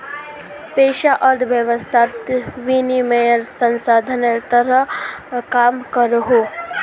पैसा अर्थवैवस्थात विनिमयेर साधानेर तरह काम करोहो